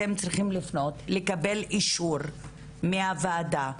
אתם צריכים לפנות לקבל אישור מהוועדה,